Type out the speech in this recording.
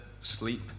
sleep